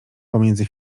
pomiędzy